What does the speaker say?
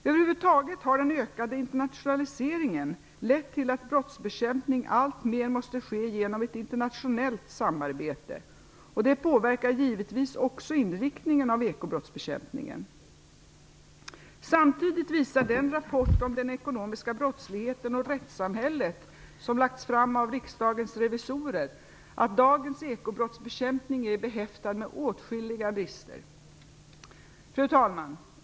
Över huvud taget har den ökande internationaliseringen lett till att brottsbekämpning alltmer måste ske genom ett internationellt samarbete, och det påverkar givetvis också inriktningen av ekobrottsbekämpningen. Samtidigt visar den rapport om den ekonomiska brottsligheten och rättssamhället som lagts fram av Riksdagens revisorer att dagens ekobrottsbekämpning är behäftad med åtskilliga brister. Fru talman!